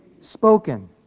spoken